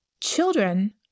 children